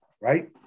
right